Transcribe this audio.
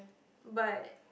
but